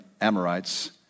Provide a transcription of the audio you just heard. Amorites